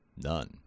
None